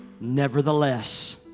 Nevertheless